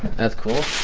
that's cool.